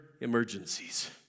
emergencies